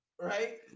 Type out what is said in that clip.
Right